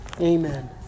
Amen